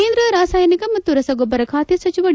ಕೇಂದ್ರ ರಾಸಾಯನಿಕ ಮತ್ತು ರಸಗೊಬ್ಬರ ಖಾತೆ ಸಚಿವ ಡಿ